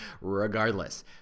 regardless